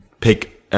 pick